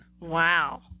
Wow